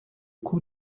coût